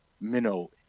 minnow